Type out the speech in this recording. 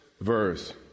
verse